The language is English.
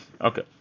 Okay